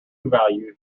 value